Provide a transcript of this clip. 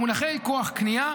במונחי כוח קנייה,